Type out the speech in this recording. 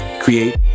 Create